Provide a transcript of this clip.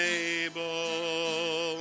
able